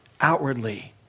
outwardly